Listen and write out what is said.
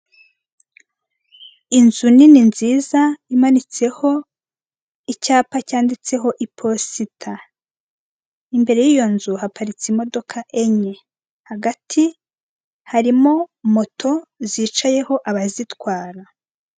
Inzu nini nziza imanitseho icyapa cyanditseho iposita, imbere yiyo nzu haparitse imodoka enye, hagati harimo moto zicayeho abazitwara.